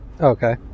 Okay